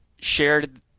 shared